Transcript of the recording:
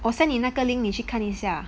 我 send 你那个 link 你去看一下